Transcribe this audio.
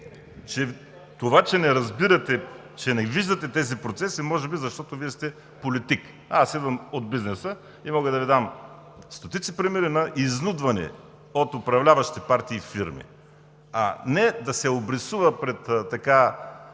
Това, че не разбирате, че не виждате тези процеси, е, може би, защото Вие сте политик, а аз идвам от бизнеса. Мога да Ви дам стотици примери на изнудване от управляващите партии и фирми, а не да се обрисува пред не